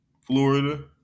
Florida